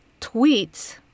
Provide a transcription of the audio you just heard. tweets